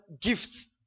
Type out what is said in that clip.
gifts